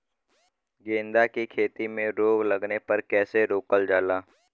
गेंदा की खेती में रोग लगने पर कैसे रोकल जाला?